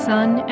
Sun